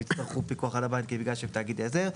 הן יצטרכו פיקוח על הבנקים בגלל שהן תאגיד עזר.